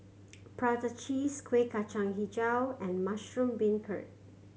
prata cheese Kueh Kacang Hijau and mushroom beancurd